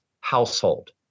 household